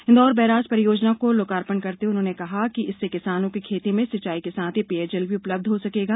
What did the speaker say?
इन्दौख barrage परियोजना का लोकार्पण करते हुए उन्होंने कहा कि इससे किसानों के खेतों में सिंचाई के साथ ही पेयजल भी उपलब्ध हो सकेगा